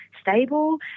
stable